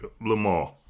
Lamar